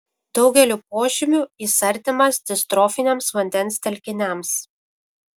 daugeliu požymių jis artimas distrofiniams vandens telkiniams